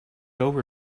over